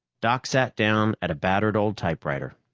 doc sat down at a battered old typewriter.